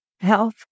health